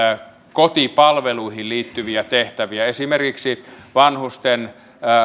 kotipalveluihin liittyviä tehtäviä esimerkiksi vanhusten